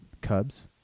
Cubs